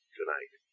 tonight